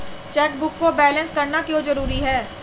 Chequebook को balance करना क्यों जरूरी है?